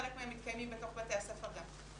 חלק מהם מתקיימים בתוך בתי הספר גם.